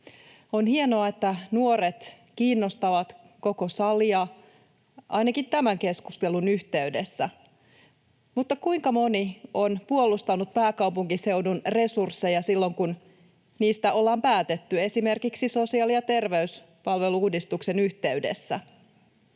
On hienoa, että nuoret kiinnostavat koko salia, ainakin tämän keskustelun yhteydessä, mutta kuinka moni on puolustanut pääkaupunkiseudun resursseja silloin, kun niistä ollaan päätetty esimerkiksi sosiaali- ja terveyspalvelu-uudistuksen yhteydessä?